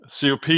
COP